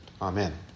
Amen